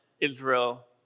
Israel